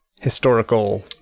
historical